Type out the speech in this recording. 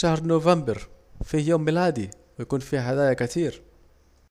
شهر نوفمبر، فيه يوم ميلادي وبيكون فيه هدايا كتير